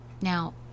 Now